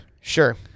Sure